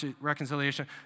reconciliation